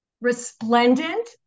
resplendent